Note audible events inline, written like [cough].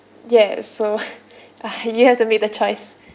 yes so [breath] uh you have to make the choice